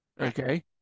okay